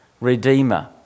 Redeemer